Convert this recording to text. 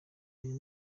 uyu